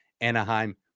Anaheim